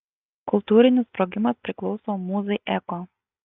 kultūrinis sprogimas priklauso mūzai eko